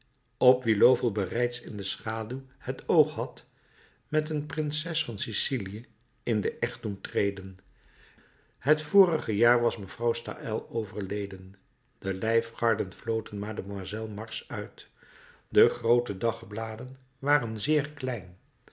op wien louvel bereids in de schaduw het oog had met een prinses van sicilië in den echt doen treden het vorige jaar was mevrouw de staël overleden de lijfgarden floten mademoiselle mars uit de groote dagbladen waren zeer klein